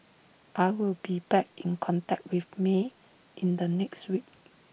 I will be back in contact with may in the next week